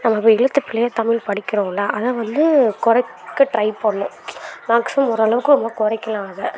நம்ம அதை எழுத்து பிழையா தமிழ் படிக்கிறோம்ல அதை வந்து குறைக்க ட்ரை பண்ணும் மேக்ஸிமம் ஓரளவுக்கு நம்ம குறைக்கலாம் அதை